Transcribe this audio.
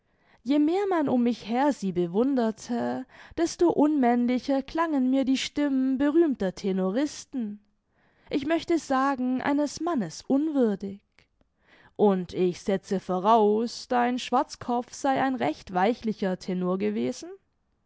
je mehr man um mich her sie bewunderte desto unmännlicher klangen mir die stimmen berühmter tenoristen ich möchte sagen eines mannes unwürdig und ich setze voraus dein schwarzkopf sei ein recht weichlicher tenor gewesen